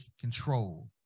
control